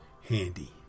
handy